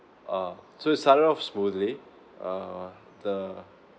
uh so it started off smoothly uh the